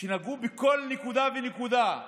נגעו בכל נקודה ונקודה,